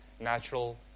natural